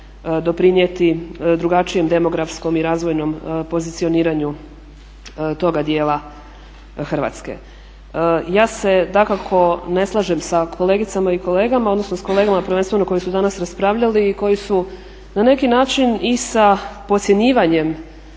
doprinijeti drugačijem demografskom i razvojnom pozicioniranju toga dijela Hrvatske. Ja se nekako ne slažem sa kolegicama i kolegama odnosno s kolegama prvenstveno koji su danas raspravljali i koji su na neki način i sa podcjenjivanjem